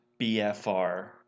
BFR